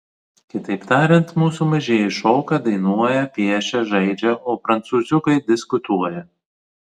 kitaip tariant mūsų mažieji šoka dainuoja piešia žaidžia o prancūziukai diskutuoja